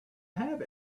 have